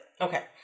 Okay